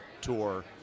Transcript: tour